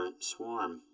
Swarm